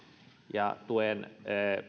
ja tuen